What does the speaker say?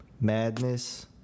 madness